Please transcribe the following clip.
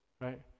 right